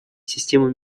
система